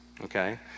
Okay